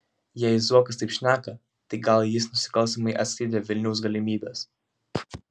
jei zuokas taip šneka tai gal jis nusikalstamai atskleidė vilniaus galimybes